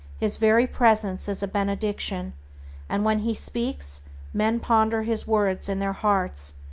his very presence is a benediction and when he speaks men ponder his words in their hearts,